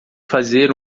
fazer